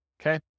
okay